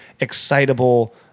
excitable